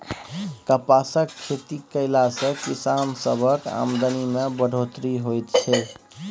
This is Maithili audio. कपासक खेती कएला से किसान सबक आमदनी में बढ़ोत्तरी होएत छै